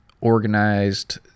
organized